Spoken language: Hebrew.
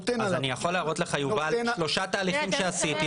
אז אני יכול להראות לך שלושה תהליכים שעשיתי,